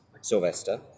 Sylvester